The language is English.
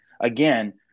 again